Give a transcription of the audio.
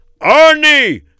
Arnie